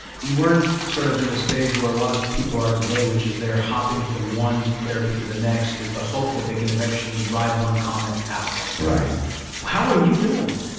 you weren't sort of in this phase where a lot of people are today, which is they're hopping from one therapy to the next with the hope that they can eventually ride one comment out. how were you doing?